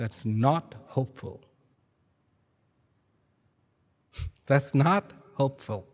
that's not hopeful that's not hopeful